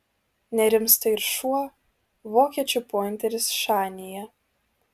nerimsta ir šuo vokiečių pointeris šanyje